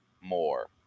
more